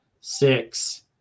six